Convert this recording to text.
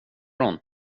hon